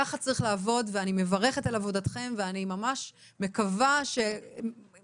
כך צריך לעבוד ואני מברכת על עבודתכם ואני ממש מקווה שמה